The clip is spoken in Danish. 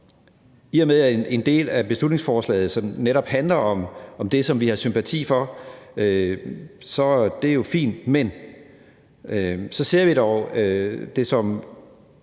i og med at en del af beslutningsforslaget netop handler om det, som vi har sympati for, er det jo fint, men vi ser dog forslaget som